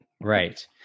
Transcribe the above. Right